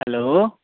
hello